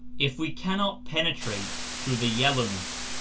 if we cannot penetrate through the yel lowness,